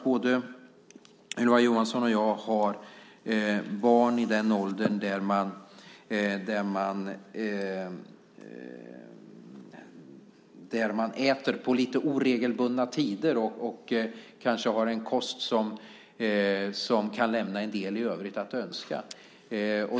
Både Ylva Johansson och jag har barn i den åldern där man äter på lite oregelbundna tider och kanske har en kost som kan lämna en del övrigt att önska.